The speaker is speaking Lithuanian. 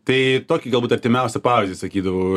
tai tokį galbūt artimiausią pavyzdį sakydavau